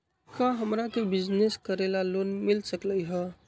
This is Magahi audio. का हमरा के बिजनेस करेला लोन मिल सकलई ह?